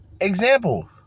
example